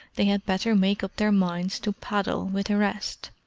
they had better make up their minds to paddle with the rest.